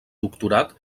doctorat